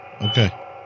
Okay